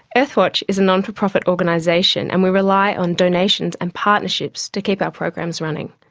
earthwatch is a not-for-profit organisation and we rely on donations and partnerships to keep our programs running.